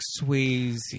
Swayze